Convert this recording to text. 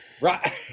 right